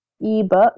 ebook